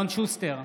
נגד אלון שוסטר,